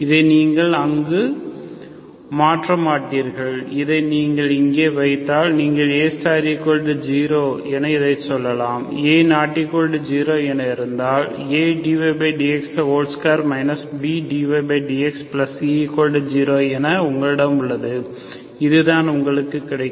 இதை நீங்கள் அங்கு மாற்ற மாட்டீர்கள் இதை நீங்கள் இங்கே வைத்தால் நீங்கள் A0 இதைச் சொல்லலாம் A≠0 என இருந்தால் Adydx2 BdydxC0 என உங்களிடம் உள்ளது இதுதான் உங்களுக்குக் கிடைக்கும்